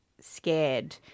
scared